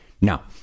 Now